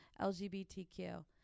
LGBTQ